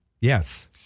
Yes